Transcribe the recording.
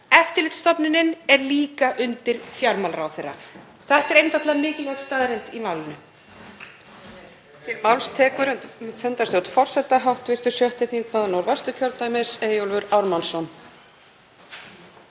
Eftirlitsstofnunin er líka undir fjármálaráðherra. Þetta er einfaldlega mikilvæg staðreynd í málinu.